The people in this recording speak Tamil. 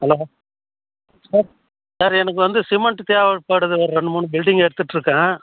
ஹலோ சார் சார் எனக்கு வந்து சிமெண்ட்டு தேவைப்படுது ஒரு ரெண்டு மூணு பில்டிங் எடுத்துகிட்டு இருக்கேன்